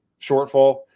shortfall